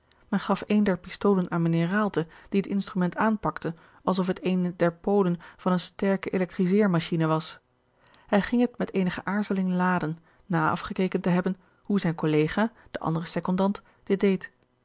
men gaf een der pistolen aan mijnheer raalte die het instrument aanpakte als of het eene der polen van eene sterke elektriseermachine was hij ging het met eenige aarzeling laden na afgekeken te hebben hoe zijn colega de andere secondant dit deed